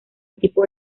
equipo